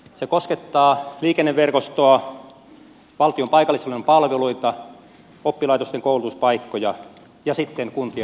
se koskettaa liikenneverkostoa valtion paikallishallinnon palveluita oppilaitosten koulutuspaikkoja ja sitten kuntien rahoitusta